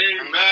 Amen